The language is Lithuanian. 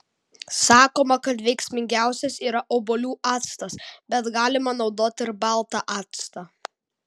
sakoma kad veiksmingiausias yra obuolių actas bet galima naudoti ir baltą actą